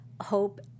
Hope